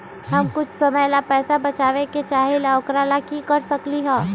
हम कुछ समय ला पैसा बचाबे के चाहईले ओकरा ला की कर सकली ह?